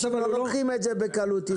אנשים לא לוקחים את זה בקלות אם הם לא חייבים.